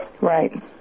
Right